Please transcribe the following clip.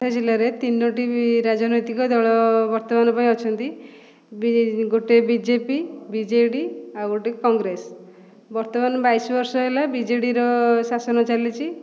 ଜିଲ୍ଲାରେ ତିନୋଟି ରାଜନୈତିକ ଦଳ ବର୍ତ୍ତମାନ ପାଇଁ ଅଛନ୍ତି ବି ଗୋଟେ B J P B J D ଆଉ ଗୋଟେ କଂଗ୍ରେସ ବର୍ତ୍ତମାନ ବାଇଶ ବର୍ଷ ହେଲା ବିଜେଡ଼ିର ଶାସନ ଚାଲିଛି